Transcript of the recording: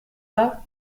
pas